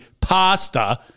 Pasta